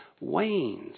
wanes